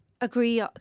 agree